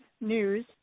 news